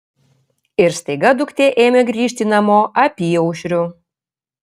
ir staiga duktė ėmė grįžti namo apyaušriu